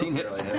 hits.